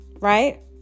right